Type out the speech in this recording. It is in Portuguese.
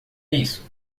isso